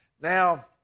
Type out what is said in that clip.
Now